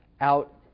out